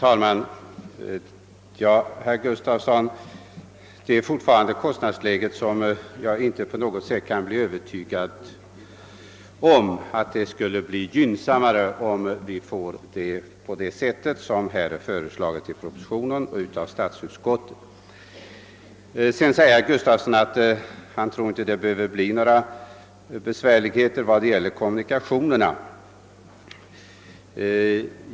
Herr talman! Jag kan fortfarande inte, herr Gustafsson i Uddevalla, på något sätt bli övertygad om att kostnaderna skulle bli mindre, om vi får den ordning som föreslagits i propositionen och av statsutskottet. Herr Gustafsson tror inte att det behöver bli några besvärligheter med kommunikationerna.